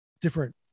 different